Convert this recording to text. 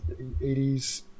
80s